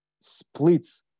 splits